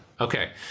Okay